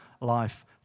life